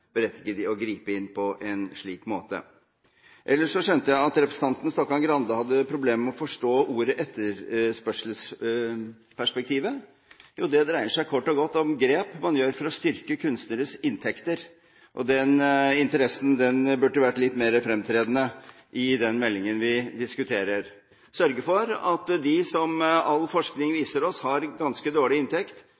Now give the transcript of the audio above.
å gripe inn på en slik måte. Ellers skjønte jeg at representanten Stokkan-Grande hadde problemer med å forstå ordet «etterspørselsperspektivet». Det dreier seg kort og godt om grep man gjør for å styrke kunstneres inntekter. Den interessen burde vært litt mer fremtredende i den meldingen vi diskuterer. Vi burde sørge for at de som all forskning